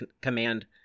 command